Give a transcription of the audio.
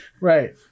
Right